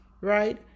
right